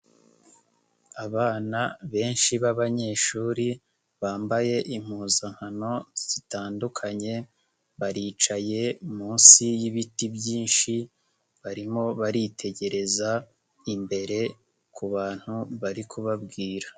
Abana benshi b'abanyeshuri, bambaye impuzankano zitandukanye, baricaye munsi y'ibiti byinshi, barimo baritegereza imbere ku bantu bari kubabwira.